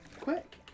Quick